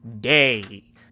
day